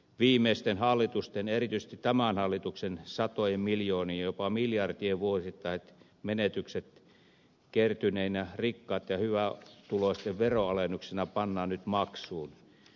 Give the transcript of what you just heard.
viimeisten hallitusten ja erityisesti tämän hallituksen satojen miljoonien jopa miljardien vuosittaiset menetykset kertyneinä rikkaitten ja hyvätuloisten veronalennuksina pannaan nyt maksuun